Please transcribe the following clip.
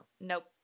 Nope